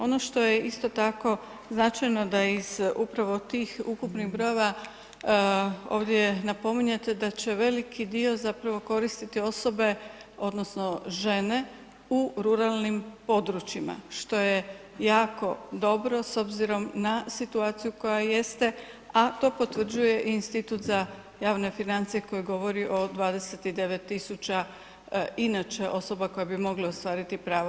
Ono što je isto tako značajno da iz upravo tih ukupnih brojeva ovdje napominjete da će veliki dio zapravo koristiti osobe odnosno žene u ruralnim područjima što je jako dobro s obzirom na situaciju koja jeste, a to potvrđuje i Institut za javne financije koji govori o 29.000 inače osoba koje bi mogle ostvariti pravo.